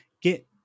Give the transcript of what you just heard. get